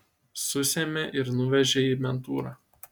susėmė ir nuvežė į mentūrą